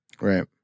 right